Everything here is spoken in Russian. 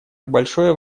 большое